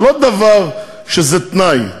זה לא דבר שהוא תנאי.